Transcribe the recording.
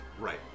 Right